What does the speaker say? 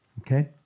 Okay